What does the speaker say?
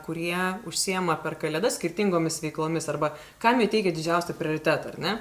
kurie užsiema per kalėdas skirtingomis veiklomis arba kam jie teikia didžiausią prioritetą ar ne